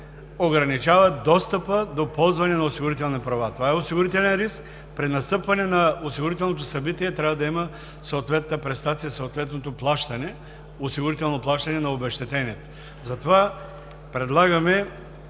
ограничава достъпът до ползване на осигурителни права. Това е осигурителен риск. При настъпване на осигурителното събитие трябва да има съответната престация, съответното осигурително плащане на обезщетение. Затова предлагаме